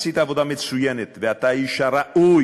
עשית עבודה מצוינת, ואתה האיש הראוי.